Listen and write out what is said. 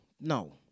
no